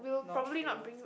not fail